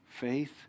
faith